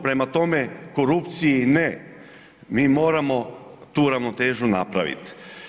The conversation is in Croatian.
Prema tome, korupciji ne, mi moramo tu ravnotežu napravit.